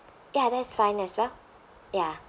ya that's fine as well ya